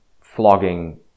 flogging